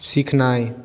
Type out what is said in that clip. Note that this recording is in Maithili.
सिखनाइ